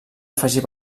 afegir